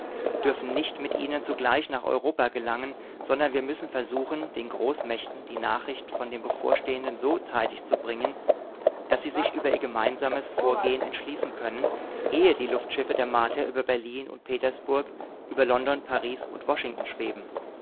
dürfen nicht mit ihnen zugleich nach europa gelangen sondern wir müssen versuchen den großmächten die nachricht von dem bevorstehenden so zeitig zu bringen daß sie sich über ihr gemeinsames vorgehen entschließen können ehe die luftschiffe der martier über berlin und petersburg über london paris und washington schweben